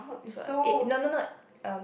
is what it not not not um